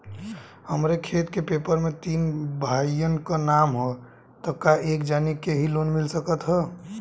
हमरे खेत के पेपर मे तीन भाइयन क नाम ह त का एक जानी के ही लोन मिल सकत ह?